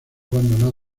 abandonado